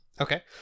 okay